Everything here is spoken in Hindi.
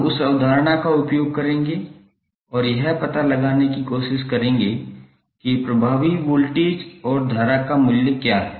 हम उस अवधारणा का उपयोग करेंगे और यह पता लगाने की कोशिश करेंगे कि प्रभावी वोल्टेज और धारा का मूल्य क्या है